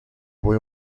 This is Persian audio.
بوی